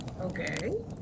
Okay